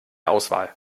auswahl